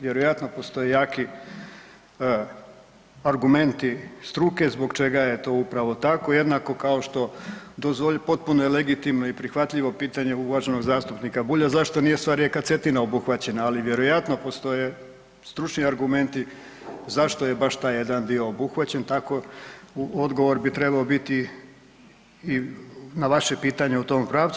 Vjerojatno postoje jaki argumenti struke zbog čega je to upravo tako, jednako kao što potpuno je legitimno i prihvatljivo pitanje uvaženog zastupnika Bulja, zašto nije sva rijeka Cetina obuhvaćena ali vjerojatno postoje stručni argumenti zašto je baš taj jedan dio obuhvaćen, tako odgovor bi trebao biti i na vaše pitanje u tom pravcu.